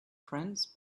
friends